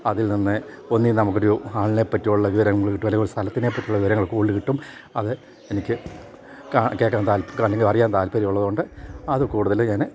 അതിൽ നിന്ന് ഒന്ന് നമുക്ക് ഒരു ആളിനെപ്പറ്റിയുള്ള വിവരങ്ങൾ കിട്ടും അല്ലെങ്കിൽ ഒരു സ്ഥലത്തിനെപ്പറ്റിയുള്ള വിവരങ്ങൾ കൂടുതൽ കിട്ടും അത് എനിക്ക് കേൾക്കാൻ താൽപര്യം അല്ലെങ്കിൽ അറിയാൻ താല്പര്യമള്ളതുകൊണ്ട് അത് കൂടുതൽ ഞാൻ